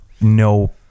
no